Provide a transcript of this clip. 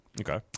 Okay